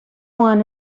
one